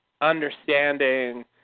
understanding